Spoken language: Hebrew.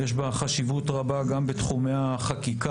יש בה חשיבות רבה גם בתחומי החקיקה